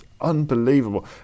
unbelievable